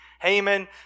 Haman